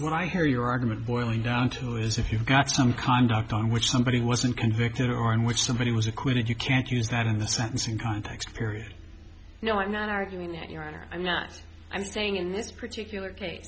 when i hear your argument boiling down to is if you've got some conduct on which somebody wasn't convicted or in which somebody was acquitted you can't use that in the sentencing context period no i'm not arguing that your honor i'm not i'm saying in this particular case